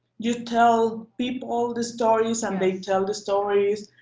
you tell people the stories, and they tell the stories,